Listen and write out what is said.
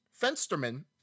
Fensterman